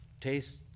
taste